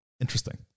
Interesting